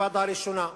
האינתיפאדה הראשונה,